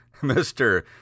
Mr